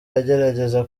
agerageza